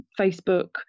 Facebook